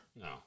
No